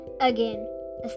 Again